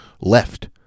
left